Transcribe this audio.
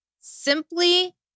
simply